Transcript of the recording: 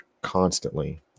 constantly